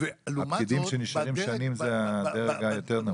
הפקידים שנשארים שנים זה הדרג היותר נמוך.